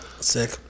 Sick